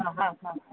हा हा हा